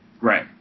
Right